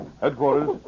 Headquarters